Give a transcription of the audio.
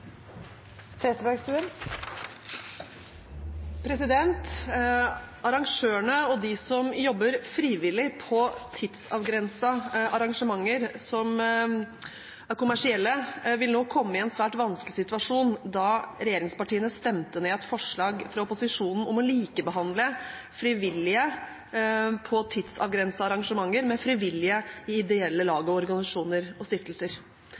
Tellef Inge Mørland. «Arrangørene og de som jobber som frivillige på tidsavgrensede arrangement som er kommersielle, vil nå komme i en svært vanskelig situasjon, da regjeringspartiene stemte ned et forslag fra opposisjonen om å likebehandle frivillige på tidsavgrensede arrangement med frivillige i ideelle lag og